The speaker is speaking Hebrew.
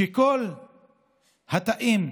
שכל התאים,